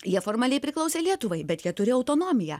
jie formaliai priklausė lietuvai bet jie turi autonomiją